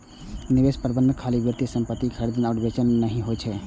निवेश प्रबंधन खाली वित्तीय परिसंपत्ति कें खरीदनाय आ बेचनाय नहि होइ छै